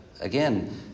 Again